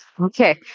Okay